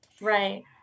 Right